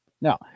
Now